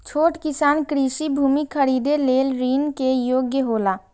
छोट किसान कृषि भूमि खरीदे लेल ऋण के योग्य हौला?